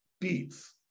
beats